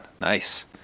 nice